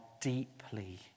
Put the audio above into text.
deeply